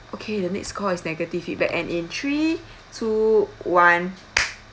okay the next call is negative feedback and in three two one